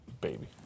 baby